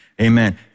Amen